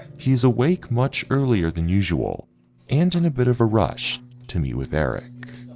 he's awake much earlier than usual and in a bit of a rush to meet with eric.